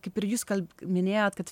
kaip ir jūs minėjot kad